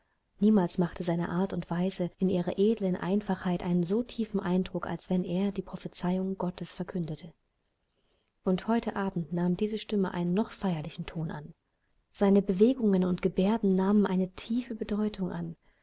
niemals machte seine art und weise in ihrer edlen einfachheit einen so tiefen eindruck als wenn er die prophezeiungen gottes verkündete und heute abend nahm diese stimme einen noch feierlicheren ton an seine bewegungen und gebärden nahmen eine tiefere bedeutung an